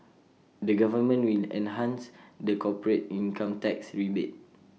the government will enhance the corporate income tax rebate